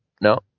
No